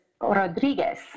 Rodriguez